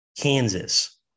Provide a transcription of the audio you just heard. Kansas